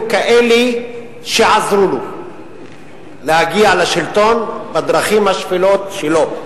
כאלה שעזרו לו להגיע לשלטון בדרכים השפלות שלו.